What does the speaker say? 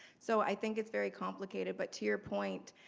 so, i think it's very complicated, but to your point,